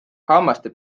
hammaste